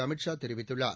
அமித் ஷா தெரிவித்துள்ளார்